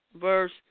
verse